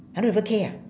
hundred over K ah